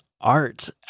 art